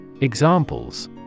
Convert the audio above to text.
Examples